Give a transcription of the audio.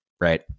right